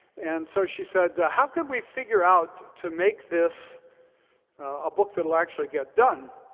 and so she said, how can we figure out to make this a book that will actually get done.